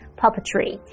puppetry